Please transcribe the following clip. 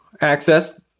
access